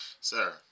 Sir